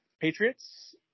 Patriots